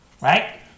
Right